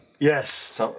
Yes